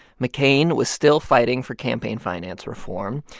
mccain was still fighting for campaign finance reform.